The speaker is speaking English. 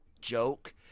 joke